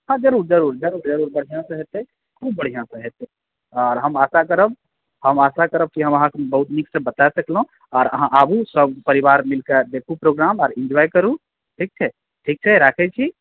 हँ जरूर जरूर जरूर बढ़िऑंसँ हेतै खूब बढ़िऑंसँ हेतै और हम आशा करब हम आशा करब कि हम अहाँकेॅं बहुत नीक सँ बता सकलहुॅं आओर अहाँ आबू सब परिवार मीलकऽ देखु प्रोग्राम और इन्जॉय करू ठीक छै ठीक छै राखै छी